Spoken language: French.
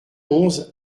onze